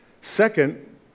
Second